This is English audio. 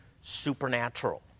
supernatural